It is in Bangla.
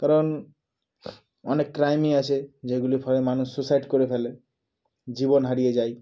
কারণ অনেক ক্রাইমই আছে যেগুলির ফলে মানুষ সুইসাইড করে ফেলে জীবন হারিয়ে যায়